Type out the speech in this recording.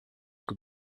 que